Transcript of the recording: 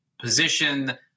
position